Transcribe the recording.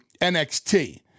NXT